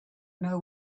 know